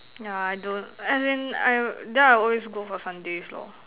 ya I don't as in I'm then I always go for sundaes lor